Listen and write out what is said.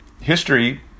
history